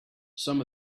some